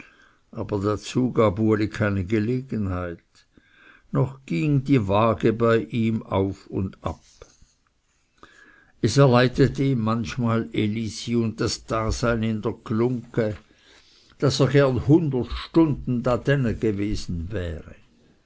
aber dazu gab uli keine gelegenheit noch ging die wage bei ihm auf und ab es erleidete ihm manchmal elisi und das dasein in der glungge daß er gerne hundert stunden da dänne gewesen wäre